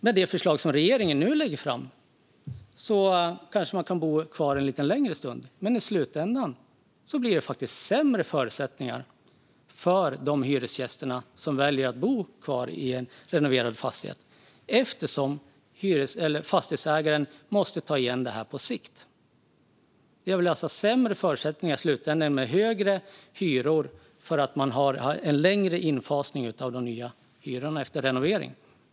Med det förslag som regeringen nu lägger fram kanske de kan bo kvar en lite längre stund, men i slutändan blir det faktiskt sämre förutsättningar för de hyresgäster som väljer att bo kvar i en renoverad fastighet - eftersom fastighetsägaren måste ta igen det här på sikt. Det blir alltså sämre förutsättningar i slutändan, med högre hyror, därför att man har en längre infasning av de nya hyrorna efter renovering.